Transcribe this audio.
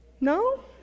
No